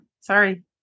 sorry